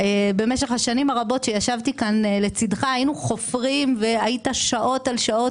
במשך השנים הרבות שישבתי כאן לצדך היינו "חופרים" והיית שעות על שעות